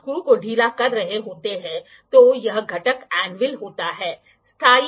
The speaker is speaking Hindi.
स्लाइड ब्लेड को डायल में फिट किया जाता है जिससे इसे आधार के एंगल पर सेट की गई किसी भी दिशा में बढ़ाया जा सकता है